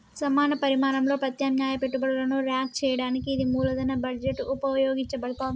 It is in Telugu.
సమాన పరిమాణంలో ప్రత్యామ్నాయ పెట్టుబడులను ర్యాంక్ చేయడానికి ఇది మూలధన బడ్జెట్లో ఉపయోగించబడతాంది